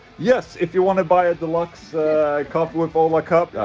yes, if you want to buy a deluxe coffee with ola cup,